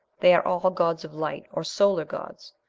they are all gods of light, or solar gods.